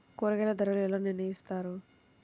కూరగాయల ధరలు ఎలా నిర్ణయిస్తారు?